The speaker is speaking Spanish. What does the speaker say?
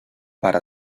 para